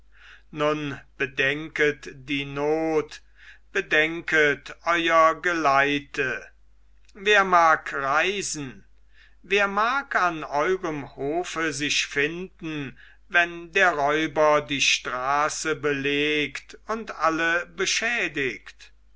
nun bedenket die not bedenket euer geleite wer mag reisen wer mag an eurem hofe sich finden wenn der räuber die straße belegt und alle beschädigt